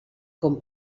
com